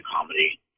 comedy